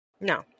No